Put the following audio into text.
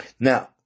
Now